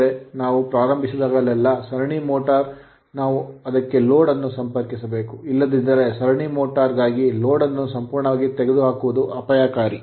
ಅಂದರೆ ನಾವು ಪ್ರಾರಂಭಿಸಿದಾಗಲೆಲ್ಲಾ ಸರಣಿ ಮೋಟರ್ ನಾವು ಅದಕ್ಕೆ ಲೋಡ್ ಅನ್ನು ಸಂಪರ್ಕಿಸಬೇಕು ಇಲ್ಲದಿದ್ದರೆ ಸರಣಿ ಮೋಟರ್ ಗಾಗಿ ಲೋಡ್ ಅನ್ನು ಸಂಪೂರ್ಣವಾಗಿ ತೆಗೆದುಹಾಕುವುದು ಅಪಾಯಕಾರಿ